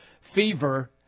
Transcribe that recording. fever